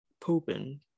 pooping